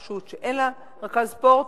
רשות, שאין לה רכז ספורט,